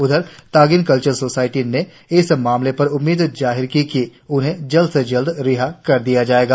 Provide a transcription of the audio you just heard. उधर Tagin cultural society ने इस मामले पर उम्मीद जाहिर की है कि उन्हें जल्द से जल्द रिहा कर दिया जाएगा